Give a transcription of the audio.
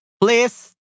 Please